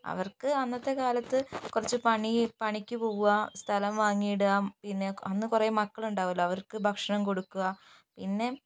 അവർക്ക് അന്നത്തെക്കാലത്ത് കുറച്ച് പണി പണിക്ക് പോവുക സ്ഥലം വാങ്ങിയിടുക പിന്നെ അന്ന് കുറെ മക്കളുണ്ടാകുമല്ലോ അവർക്ക് ഭക്ഷണം കൊടുക്കുക പിന്നെ